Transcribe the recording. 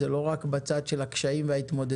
זה לא רק בצד של הקשיים וההתמודדות,